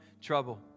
trouble